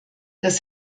das